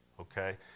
okay